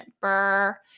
Burr